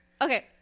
Okay